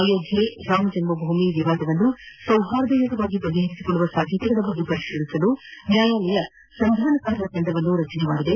ಅಯೋಧ್ಯೆ ರಾಮಜನ್ನ ಭೂಮಿ ವಿವಾದವನ್ನು ಸೌಹಾರ್ದಯುತವಾಗಿ ಬಗೆಹರಿಸಿಕೊಳ್ಳುವ ಸಾಧ್ಯತೆಗಳ ಬಗ್ಗೆ ಪರಿಶೀಲಿಸಲು ನ್ವಾಯಾಲಯ ಸಂಧಾನಕಾರರ ತಂಡವನ್ನು ರಚಿಸಿತ್ತು